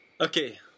Okay